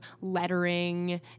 lettering